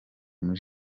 muri